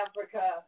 Africa